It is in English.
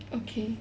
okay